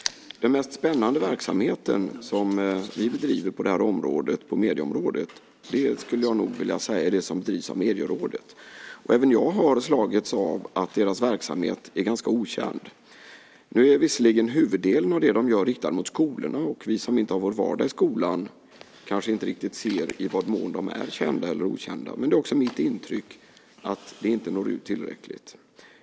Den mest spännande verksamhet som vi bedriver på medieområdet skulle jag nog vilja säga är det som drivs av Medierådet. Även jag har slagits av att deras verksamhet är ganska okänd. Nu är visserligen huvuddelen av det de gör riktat mot skolorna, och vi som inte har vår vardag i skolan kanske inte riktigt ser i vad mån de är kända eller okända. Men det är också mitt intryck att de inte når ut tillräckligt.